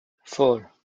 four